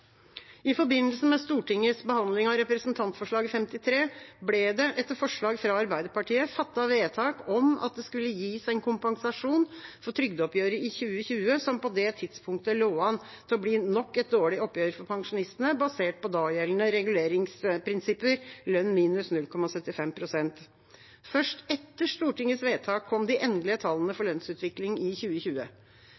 I forbindelse med Stortingets behandling av Representantforslag 53 S ble det etter forslag fra Arbeiderpartiet fattet vedtak om at det skulle gis en kompensasjon for trygdeoppgjøret i 2020, som på det tidspunktet lå an til å bli nok et dårlig oppgjør for pensjonistene, basert på dagjeldende reguleringsprinsipper, lønn minus 0,75 pst. Først etter Stortingets vedtak kom de endelige tallene for